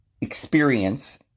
experience